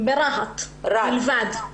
ברהט בלבד.